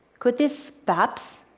could this perhaps,